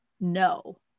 no